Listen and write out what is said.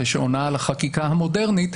ועונה על החקיקה המודרנית,